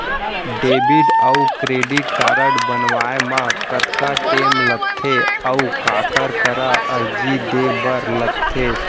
Debit अऊ credit card बनवाए मा कतका टेम लगथे, अऊ काखर करा अर्जी दे बर लगथे?